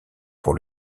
pour